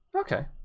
Okay